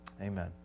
Amen